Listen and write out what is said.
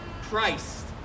Christ